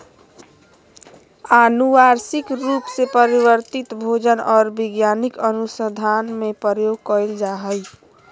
आनुवंशिक रूप से परिवर्तित भोजन और वैज्ञानिक अनुसन्धान में प्रयोग कइल जा हइ